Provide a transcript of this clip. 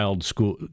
school